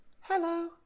Hello